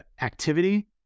activity